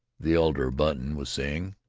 the elder button was saying.